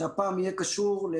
גם מבחינה תקציבית